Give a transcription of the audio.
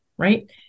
right